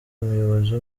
umuyobozi